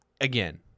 Again